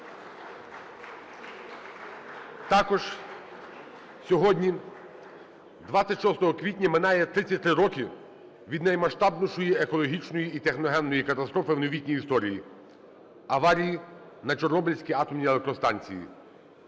Також сьогодні, 26 квітня, минає 33 роки від наймасштабнішої екологічної і техногенної катастрофи в новітній історії – аварії на Чорнобильській атомній електростанції.